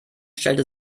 stellte